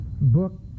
book